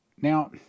Now